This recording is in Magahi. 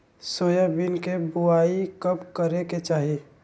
सोयाबीन के बुआई कब करे के चाहि?